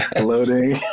loading